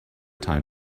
time